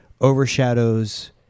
overshadows